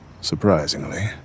surprisingly